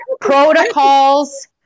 protocols